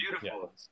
beautiful